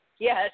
Yes